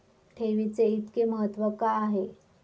ठेवीचे इतके महत्व का आहे?